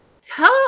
Tell